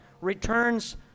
returns